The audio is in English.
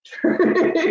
true